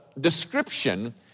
description